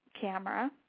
camera